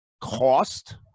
cost